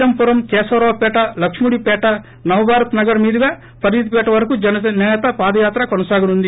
ఎం పురం కేశవరావు పేట లక్ష్ముడి పేట నవభారత్నగర్ మీదుగా ఫరీదుపేట వరకు జనసేత పాదయాత్ర కొనసాగనుంది